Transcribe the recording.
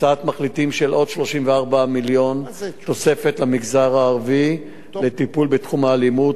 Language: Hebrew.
הצעת מחליטים לעוד 34 מיליון תוספת למגזר הערבי לטיפול בתחום האלימות,